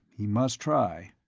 he must try.